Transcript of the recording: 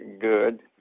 good